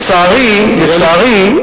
לצערי,